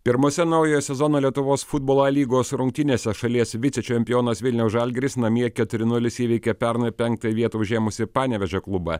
pirmose naujojo sezono lietuvos futbolo lygos rungtynėse šalies vicečempionas vilniaus žalgiris namie keturi nulis įveikė pernai penktąją vietą užėmusį panevėžio klubą